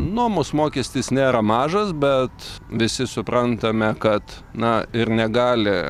nuomos mokestis nėra mažas bet visi suprantame kad na ir negali